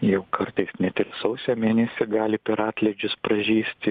jau kartais net ir sausio mėnesį gali per atlydžius pražysti